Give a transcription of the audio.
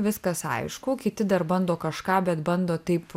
viskas aišku kiti dar bando kažką bet bando taip